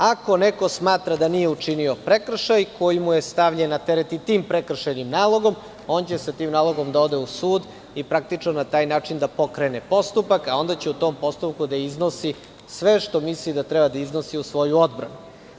Ako neko smatra da nije učinio prekršaj koji mu je stavljen na teret i tim prekršajnim nalogom, on će sa tim nalogom da ode u sud i praktično na taj način da pokrene postupak, a onda će u tom postupku da iznosi sve što misli da treba da iznosi u svoju odbranu.